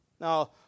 Now